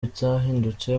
bitahindutse